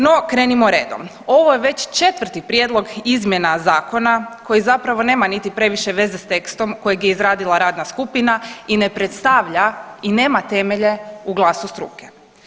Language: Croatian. No krenimo redom, ovo je već četvrti prijedlog izmjena zakona koji zapravo nema niti previše veze s tekstom kojeg je izradila radna skupina i ne predstavlja i nema temelje u glasu struke.